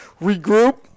regroup